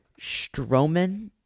Stroman